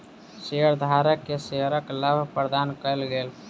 शेयरधारक के शेयरक लाभ प्रदान कयल गेल